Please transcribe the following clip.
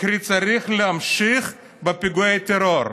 קרי, צריך להמשיך בפיגועי הטרור.